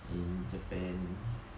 in japan